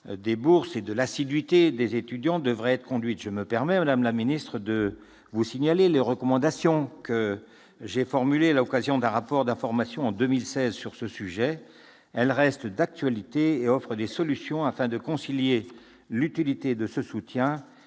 des bourses et de l'assiduité des étudiants devrait être conduite. Je me permets, madame la ministre, de vous signaler les recommandations que j'ai formulées à l'occasion d'un rapport d'information en 2016 sur ce sujet. Elles restent d'actualité et offrent des solutions afin de concilier l'utilité de ce soutien